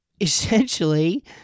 essentially